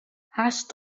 hast